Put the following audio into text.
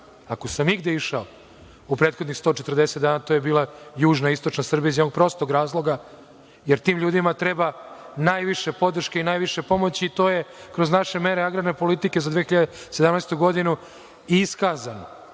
ako sam igde išao u prethodnih 140 dana, to je bila južna i istočna Srbija, iz jednog prostog razloga jer tim ljudima treba najviše podrške i najviše pomoći. To je kroz naše mere agrarne politike za 2017. godinu i iskazano.